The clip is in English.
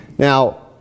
Now